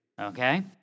Okay